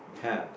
have